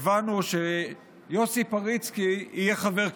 הבנו שיוסי פריצקי יהיה חבר כנסת.